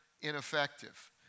ineffective